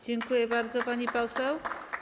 Dziękuję bardzo, pani poseł.